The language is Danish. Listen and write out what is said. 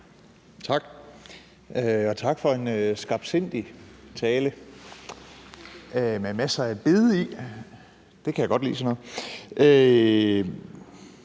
Tak, og tak for en skarpsindig tale med masser af bid i. Sådan noget kan jeg godt lide. Men det,